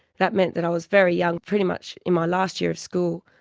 that meant that i was very young, pretty much in my last year of school.